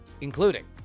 including